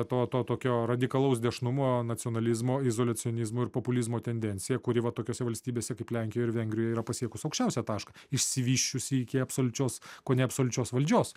to to tokio radikalaus dešinumo nacionalizmo izoliacionizmo ir populizmo tendencija kuri va tokiose valstybėse kaip lenkija ir vengrija yra pasiekus aukščiausią tašką išsivysčiusi iki absoliučios kone absoliučios valdžios